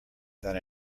than